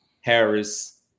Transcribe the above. Harris